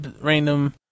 random